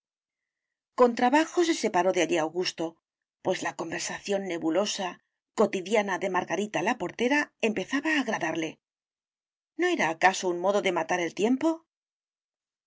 con trabajo se separó de allí augusto pues la conversación nebulosa cotidiana de margarita la portera empezaba a agradarle no era acaso un modo de matar el tiempo